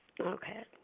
Okay